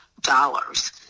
dollars